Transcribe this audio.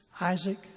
Isaac